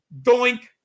doink